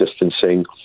distancing